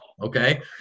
Okay